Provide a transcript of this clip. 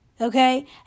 okay